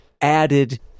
added